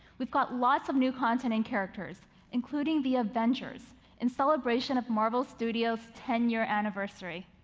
we've got lots of new content and characters including the avengers in celebration of marvel studio's ten year anniversary.